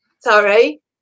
Sorry